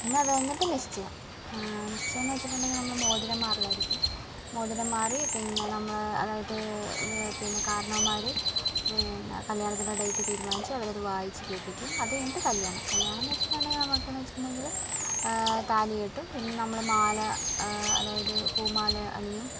പിന്നെ അതുകഴിഞ്ഞിട്ട് നിശ്ചയം നിശ്ചയം എന്ന് വെച്ചിട്ടുണ്ടെങ്കിൽ നമ്മൾ മോതിരം മാറലായിരിക്കും മോതിരം മാറി പിന്നെ നമ്മൾ അതായത് പിന്നെ കാർണോമ്മാർ പിന്നെ കല്യാണത്തിൻ്റെ ഡേറ്റ് തീരുമാനിച്ച് അവരത് വായിച്ചു കേൾപ്പിക്കും അതുകഴിഞ്ഞിട്ട് കല്യാണം കല്യാണം എന്ന് വെച്ചിട്ടുണ്ടെങ്കിൽ നമുക്ക് എന്നുവെച്ചിട്ടുണ്ടെങ്കിൽ താലി കെട്ടും പിന്നെ നമ്മൾ മാല അതായത് പൂമാല അണിയും